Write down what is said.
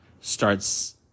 starts